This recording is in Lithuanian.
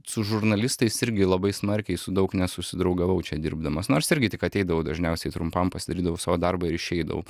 su žurnalistais irgi labai smarkiai su daug nesusidraugavau čia dirbdamas nors irgi tik ateidavau dažniausiai trumpam pasidarydavau savo darbą ir išeidavau